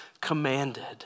commanded